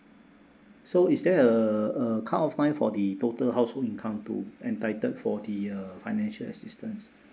so is there a a cut of line for the total household income to entitled for the uh financial assistance